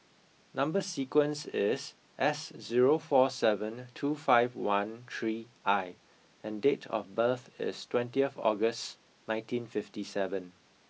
number sequence is S zero four seven two five one three I and date of birth is twentieth August nineteen fifty seven